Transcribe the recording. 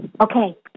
Okay